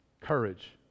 courage